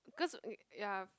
cause y~ ya